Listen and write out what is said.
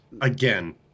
Again